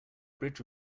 bridge